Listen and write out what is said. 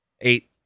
Eight